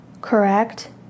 correct